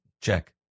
check